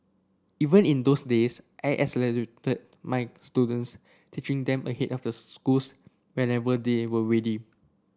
even in those days I accelerated my students teaching them ahead of their schools whenever they were ready